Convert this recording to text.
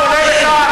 אתה רק מעמיד פנים